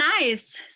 nice